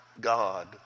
God